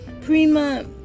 prima